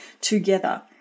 together